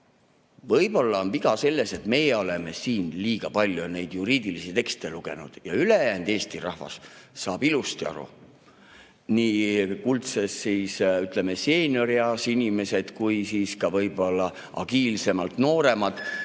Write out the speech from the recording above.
Võib-olla on viga selles, et meie oleme siin liiga palju neid juriidilisi tekste lugenud ja ülejäänud Eesti rahvas saab ilusti aru – nii kuldses seeniorieas inimesed kui ka agiilsemad nooremad